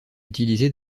utiliser